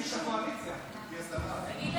חברת